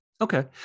Okay